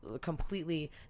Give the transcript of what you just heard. completely